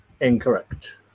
incorrect